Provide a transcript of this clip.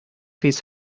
his